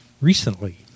recently